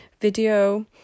video